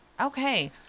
Okay